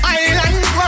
island